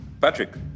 Patrick